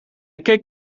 keek